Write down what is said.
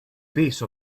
base